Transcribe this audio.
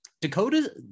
Dakota